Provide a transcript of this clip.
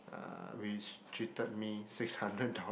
uh which treated me six hundred dollar